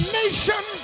nation